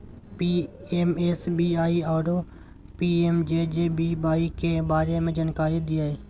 PMSBY आरो PMJJBY के बारे मे जानकारी दिय?